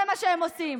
זה מה שהם עושים.